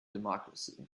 democracy